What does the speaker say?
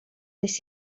nes